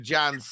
John